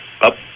up